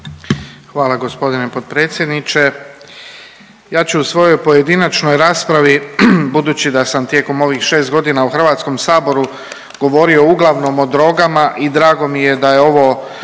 Hvala gospodine potpredsjedniče. Ja ću u svojoj pojedinačnoj raspravi budući da sam tijekom ovih šest godina u Hrvatskom saboru govorio uglavnom o drogama i drago mi je da je ovo